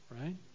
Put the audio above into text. right